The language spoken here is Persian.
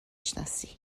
شناسی